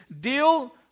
Deal